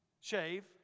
Shave